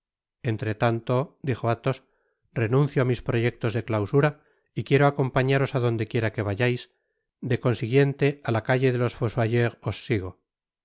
temer entretanto dijo athos renuncio á mis proyectos de clausura y quiero acompañaros á donde quiera que vayais de consiguiente á la calle de los fossoyeurs os sigo